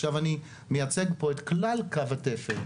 עכשיו אני מייצג פה את כלל קו התפר,